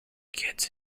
kids